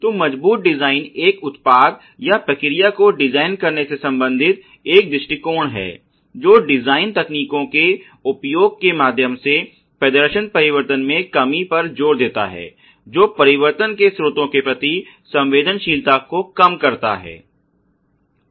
तो मजबूत डिजाइन एक उत्पाद या प्रक्रिया को डिजाइन करने से संबंधित एक दृष्टिकोण है जो डिजाइन तकनीकों के उपयोग के माध्यम से प्रदर्शन परिवर्तन में कमी पर जोर देता है जो परिवर्तन के स्रोतों के प्रति संवेदनशीलता को कम करता है